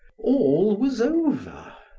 all was over!